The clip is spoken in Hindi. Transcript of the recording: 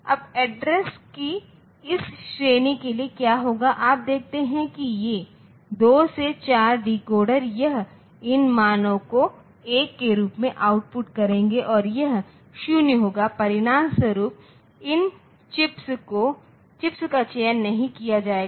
अब एड्रेस की इस श्रेणी के लिए क्या होगा आप देखते हैं कि ये 2 से 4 डिकोडर यह इन मानों को 1 के रूप में आउटपुट करेंगे और यह 0 होगा परिणामस्वरूप इन चिप्स का चयन नहीं किया जाएगा